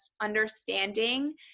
understanding